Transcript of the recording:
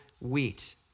wheat